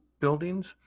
buildings